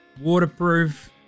waterproof